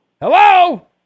Hello